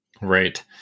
Right